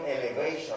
elevation